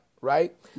Right